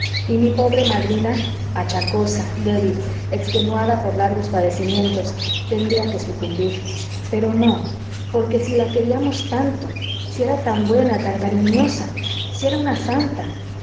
y mi pobre madrina achacosa débil extenuada por largos padecimientos tendría que sucumbir pero no por qué si la queríamos tanto si era tan buena tan cariñosa si era una santa